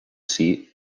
seat